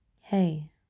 Hey